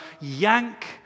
yank